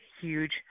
huge